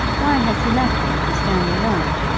why has he left me to stand alone,